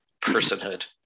personhood